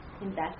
invest